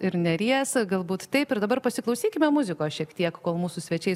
ir neries galbūt taip ir dabar pasiklausykime muzikos šiek tiek kol mūsų svečiai